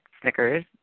Snickers